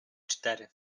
cztery